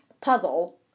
puzzle